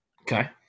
Okay